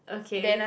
okay